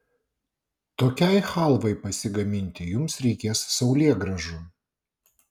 tokiai chalvai pasigaminti jums reikės saulėgrąžų